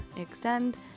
extend